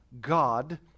god